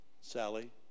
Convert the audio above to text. Sally